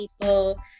people